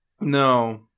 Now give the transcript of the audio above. No